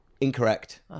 Incorrect